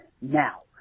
Now